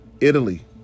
Italy